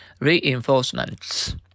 reinforcements